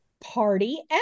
Party